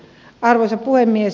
arvoisa puhemies